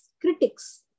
critics